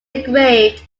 engraved